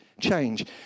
change